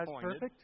perfect